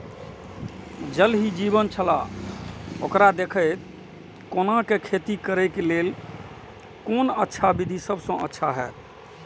ज़ल ही जीवन छलाह ओकरा देखैत कोना के खेती करे के लेल कोन अच्छा विधि सबसँ अच्छा होयत?